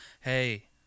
Hey